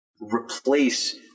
replace